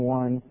one